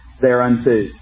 thereunto